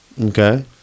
Okay